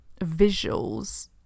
visuals